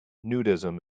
nudism